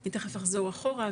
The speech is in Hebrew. אני תיכף אחזור אחורה,